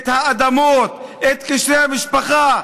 את האדמות, את קשרי המשפחה.